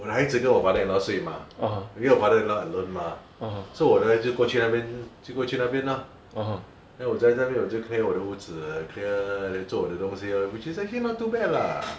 我孩子跟我 father-in-law 睡 mah 因为我 father-in-law alone mah 所以我的孩子就过去那边就过去那边 lor then 我在家那边就 clear 我的屋子 clear then 做我的东西 lor which is actually not too bad lah